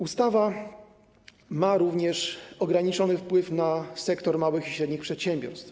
Ustawa ma również ograniczony wpływ na sektor małych i średnich przedsiębiorstw.